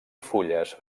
fulles